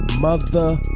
Mother